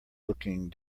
looking